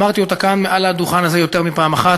אמרתי אותה כאן מעל הדוכן הזה יותר מפעם אחת: